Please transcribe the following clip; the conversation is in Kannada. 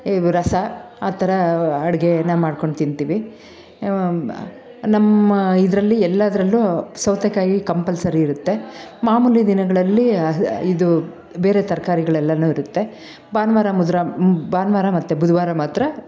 ರಸ ಆ ಥರ ಅಡುಗೇನ ಮಾಡ್ಕೊಂಡು ತಿಂತೀವಿ ನಮ್ಮ ಇದರಲ್ಲಿ ಎಲ್ಲದ್ರಲ್ಲು ಸೌತೆಕಾಯಿ ಕಂಪಲ್ಸರಿ ಇರುತ್ತೆ ಮಾಮೂಲಿ ದಿನಗಳಲ್ಲಿ ಇದು ಬೇರೆ ತರಕಾರಿಗಳೆಲ್ಲನು ಇರುತ್ತೆ ಭಾನುವಾರ ಮುಜ್ರ ಭಾನುವಾರ ಮತ್ತೆ ಬುಧವಾರ ಮಾತ್ರ